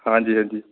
हांजी